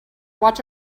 watch